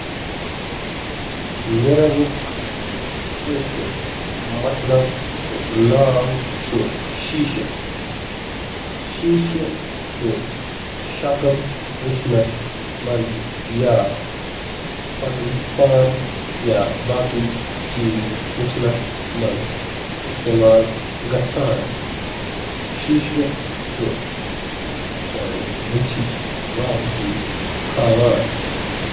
کشمیٖرَس منٛز شیشہِ ہُنٛد مطلب چھُ شیشہٕ یُس پنٕنۍ تصویر وچھنہٕ خٲطرٕ استعمال چھُ یِوان کرنہٕ۔